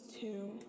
two